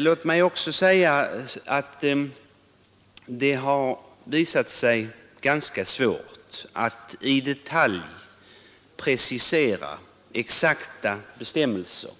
Låt mig för det andra säga att det visat sig ganska svårt att i detalj precisera exakta bestämmelser,